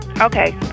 Okay